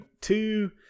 two